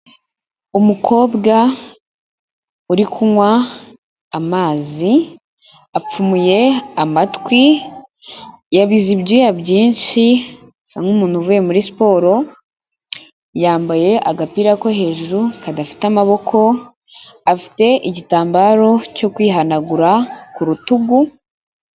Umukobwa uri kunywa amazi, apfumuye amatwi, yabize ibyuya byinshi asa nk'umuntu uvuye muri siporo, yambaye agapira ko hejuru kadafite amaboko, afite igitambaro cyo kwihanagura ku rutugu.